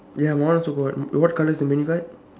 ya my one also got what color is the menu card